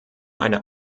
einer